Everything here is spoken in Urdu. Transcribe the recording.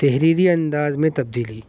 تحریری انداز میں تبدیلی